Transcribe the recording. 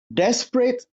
desperate